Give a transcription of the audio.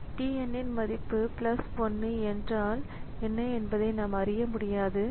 t n இன் மதிப்பு plus 1 என்றால் என்ன என்பதை நாம் அறிய முடியாது இது தெரியவில்லை